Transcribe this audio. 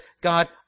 God